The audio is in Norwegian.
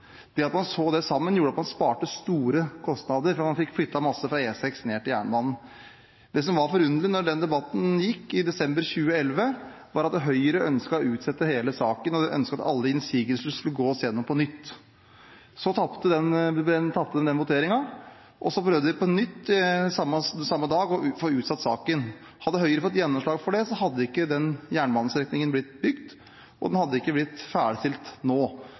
og at man fikk bygd ut E6. Det at man så det sammen, gjorde at man sparte store kostnader, fordi man fikk flyttet masse fra E6 ned til jernbanen. Det som var forunderlig da den debatten gikk i desember 2011, var at Høyre ønsket å utsette hele saken og ønsket at alle innsigelser skulle gås igjennom på nytt. Så tapte en den voteringen, og så prøvde de på nytt, samme dag, å få utsatt saken. Hadde Høyre fått gjennomslag for det, hadde ikke den jernbanestrekningen blitt bygd, og den hadde ikke blitt ferdigstilt nå.